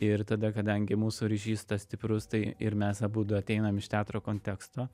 ir tada kadangi mūsų ryšys tas stiprus tai ir mes abudu ateinam iš teatro konteksto